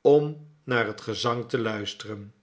om naar het gezang te luisteren